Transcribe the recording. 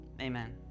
amen